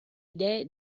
idee